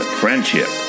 friendship